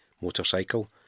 motorcycle